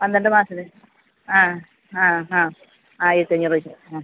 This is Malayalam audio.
പന്ത്രണ്ട് മാസത്ത് ആ ആ ആ ആയിരത്തഞ്ഞൂറ് വെച്ച് ആ